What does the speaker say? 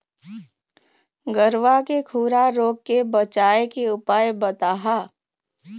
गरवा के खुरा रोग के बचाए के उपाय बताहा?